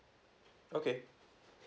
okay